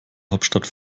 hauptstadt